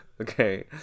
okay